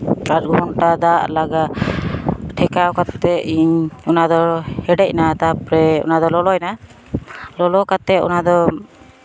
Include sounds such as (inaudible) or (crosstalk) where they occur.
(unintelligible) ᱫᱟᱜ ᱞᱟᱜᱟᱜ ᱴᱷᱮᱠᱟᱣ ᱠᱟᱛᱮᱫ ᱤᱧ ᱚᱱᱟᱫᱚ ᱦᱮᱰᱮᱡᱱᱟ ᱛᱟᱨᱯᱚᱨᱮ ᱚᱱᱟᱫᱚ ᱞᱚᱞᱚᱭᱱᱟ ᱞᱚᱞᱚ ᱠᱟᱛᱮᱫ ᱚᱱᱟ ᱫᱚ